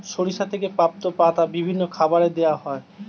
সরিষা থেকে প্রাপ্ত পাতা বিভিন্ন খাবারে দেওয়া হয়